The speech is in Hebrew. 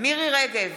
מירי מרים רגב,